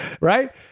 right